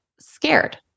scared